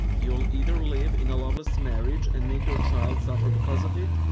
you'll either live in a loveless marriage and make your child suffer because of it,